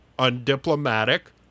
Undiplomatic